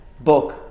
book